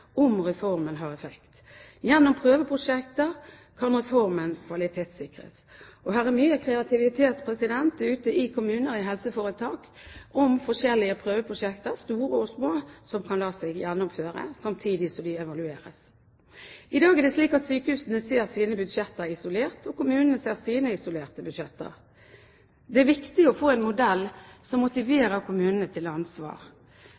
om reformen har effekt. Gjennom prøveprosjekter kan reformen kvalitetssikres. Her er mye kreativitet ute i kommunene og i helseforetak om forskjellige prøveprosjekter, store og små, som kan la seg gjennomføre samtidig som de evalueres. I dag er det slik at sykehusene ser sine budsjetter isolert, og kommunene ser sine isolerte budsjetter. Det er viktig å få en modell som motiverer kommunene til ansvar.